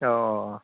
अह